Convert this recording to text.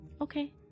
okay